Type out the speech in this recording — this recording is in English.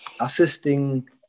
assisting